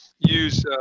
use